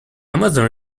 amazon